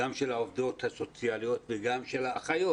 גם של העובדות הסוציאליות וגם של האחיות.